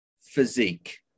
physique